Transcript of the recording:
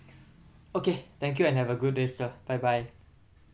okay thank you and have a good day sir bye bye